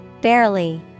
Barely